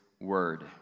word